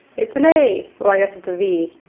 it's an a! well, i guess it's a v.